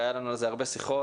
והיה לנו על זה הרבה שיחות.